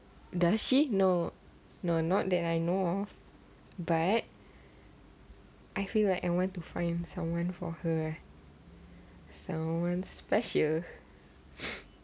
does she know know not that I know but I feel like I want to find someone for her someone special